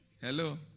Hello